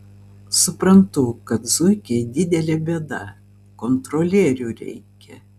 suprantu kad zuikiai didelė bėda kontrolierių reikia